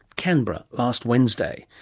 canberra last wednesday.